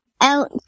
out